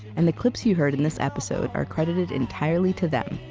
and the clips you heard in this episode are credited entirely to them.